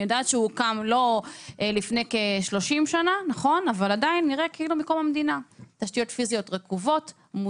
אני יודעת שזה הוקם לפני 30 אבל עדיין התשתיות נראות כאילו מקום המדינה.